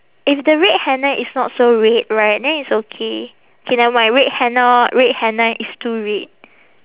if the red henna is not so red right then it's okay K never mind red henna red henna is too red